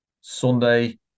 Sunday